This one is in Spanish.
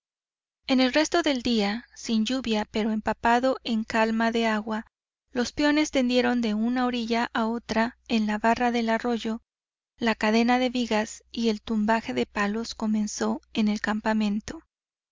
en el resto del día sin lluvia pero empapado en calma de agua los peones tendieron de una orilla a otra en la barra del arroyo la cadena de vigas y el tumbaje de palos comenzó en el campamento